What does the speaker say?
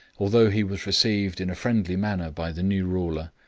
although he was received in a friendly manner by the new ruler,